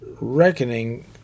reckoning